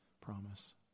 promise